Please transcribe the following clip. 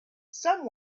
some